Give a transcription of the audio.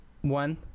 one